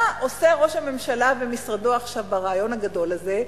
מה עושה ראש הממשלה במשרדו עכשיו ברעיון הגדול הזה?